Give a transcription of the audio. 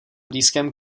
blízkém